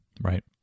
Right